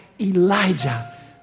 Elijah